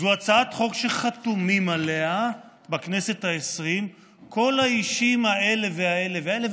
זו הצעת חוק שחתומים עליה בכנסת העשרים כל האישים האלה והאלה והאלה,